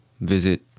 visit